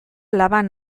laban